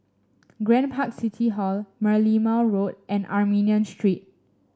Grand Park City Hall Merlimau Road and Armenian Street